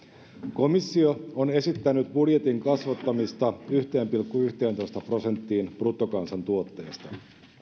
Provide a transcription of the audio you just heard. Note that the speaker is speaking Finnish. komissio on esittänyt budjetin kasvattamista yhteen pilkku yhteentoista prosenttiin bruttokansantuotteesta